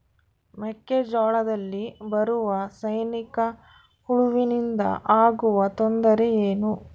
ಮೆಕ್ಕೆಜೋಳದಲ್ಲಿ ಬರುವ ಸೈನಿಕಹುಳುವಿನಿಂದ ಆಗುವ ತೊಂದರೆ ಏನು?